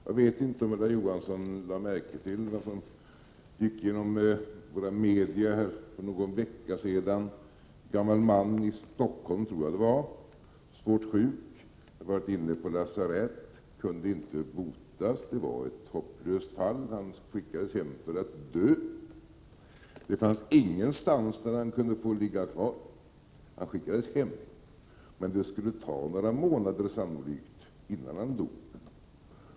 Jag vet inte om Ulla Johansson lade märke till något som gick igenom våra media för någon vecka sedan. Det var en gammal man, jag tror det var i Stockholm, svårt sjuk, hade varit inne på lasarett, kunde inte botas, det var ett hopplöst fall. Han skickades hem för att dö; det fanns ingenstans han kunde få ligga kvar. Han skickades alltså hem, men det skulle sannolikt ta 49 några månader innan han dog.